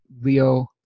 Leo